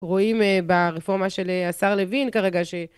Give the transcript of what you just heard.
רואים ברפורמה של השר לוין כרגע